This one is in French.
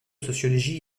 sociologie